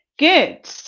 good